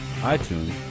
iTunes